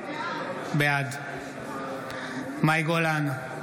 בעד מאי גולן,